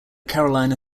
carolina